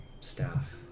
Staff